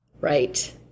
Right